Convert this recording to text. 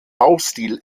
baustil